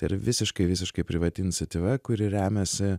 tai yra visiškai visiškai privati iniciatyva kuri remiasi